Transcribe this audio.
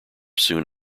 soon